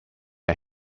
are